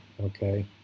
Okay